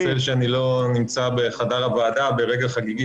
אני מתנצל שאני לא נמצא בחדר הוועדה ברגע חגיגי